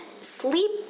sleep